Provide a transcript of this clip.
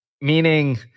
Meaning